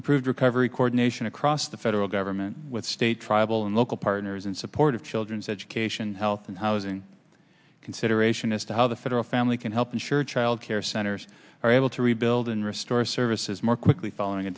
improved recovery coordination across the federal government with state tribal and local partners in support of children's education health and housing consideration as to how the federal family can help ensure childcare centers are able to rebuild and restore services more quickly following a